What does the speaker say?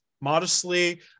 modestly